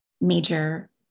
major